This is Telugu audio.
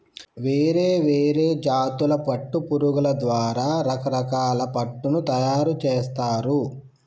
వేరే వేరే జాతుల పట్టు పురుగుల ద్వారా రకరకాల పట్టును తయారుచేస్తారు